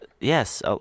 yes